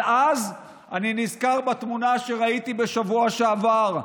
אבל אז אני נזכר בתמונה שראיתי בשבוע שעבר,